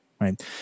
Right